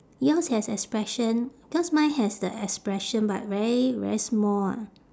yours has expression cause mine has the expression but very very small ah